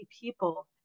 people